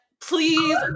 please